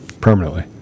permanently